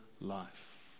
life